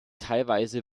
teilweise